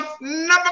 Number